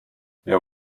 wir